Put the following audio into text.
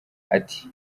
ati